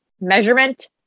measurement